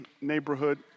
neighborhood